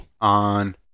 on